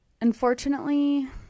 Unfortunately